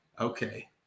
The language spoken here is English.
okay